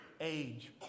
age